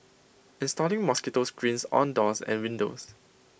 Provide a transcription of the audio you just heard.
installing mosquito screens on doors and windows